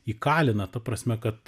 įkalina ta prasme kad